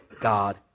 God